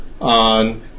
on